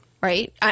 right